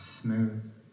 smooth